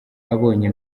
abonye